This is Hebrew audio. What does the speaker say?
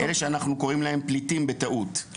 אלה שאנחנו קוראים להם פליטים בטעות.